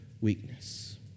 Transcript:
weakness